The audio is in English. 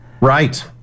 right